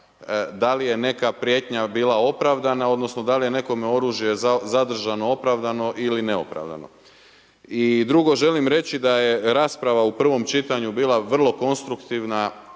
da li je neka prijetnja bila opravdana odnosno da li je nekome oružje zadržano opravdano ili neopravdano. I drugo, želim reći da je rasprava u prvom čitanju bila vrlo konstruktivna